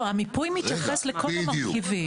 לא, המיפוי מתייחס לכל המרכיבים.